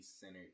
centered